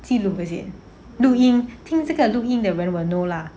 记录这些录音听这个录音的人 will know lah